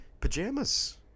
Pajamas